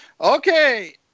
Okay